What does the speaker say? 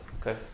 Okay